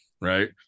right